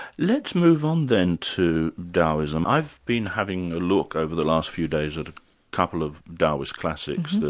let's move on then, to taoism. i've been having a look, over the last few days, at a couple of taoist classics,